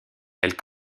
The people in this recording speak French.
elle